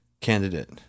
candidate